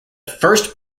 first